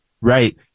Right